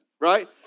Right